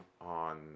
on